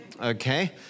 Okay